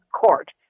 court